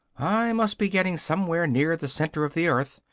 i must be getting somewhere near the centre of the earth.